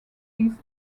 east